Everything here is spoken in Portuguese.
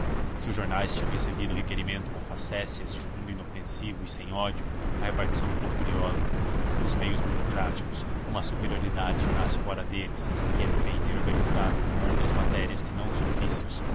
se os jornais tinham recebido o requerimento com facécias de fundo inofensivo e sem ódio a repartição ficou furiosa nos meios burocráticos uma superioridade que nasce fora deles que é feita e organizada com outros materiais que não os ofícios